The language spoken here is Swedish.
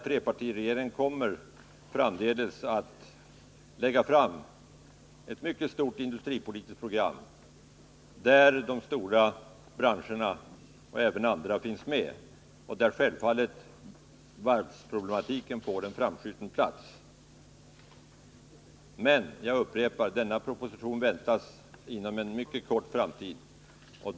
Trepartiregeringen kommer framdeles att lägga fram ett mycket stort industripolitiskt program, där de stora branscherna och även andra finns med och där varvsproblematiken självfallet får en framskjuten plats. Den propositionen väntas inom en mycket snar framtid.